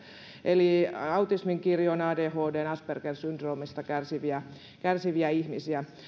eli autismin kirjosta adhdstä asperger syndroomasta kärsiviä kärsiviä ihmisiä